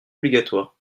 obligatoires